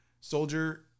soldier